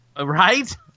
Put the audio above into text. Right